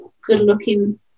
good-looking